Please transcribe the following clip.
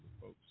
folks